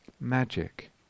Magic